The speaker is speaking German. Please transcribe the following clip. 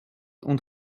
und